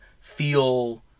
feel